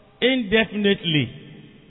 indefinitely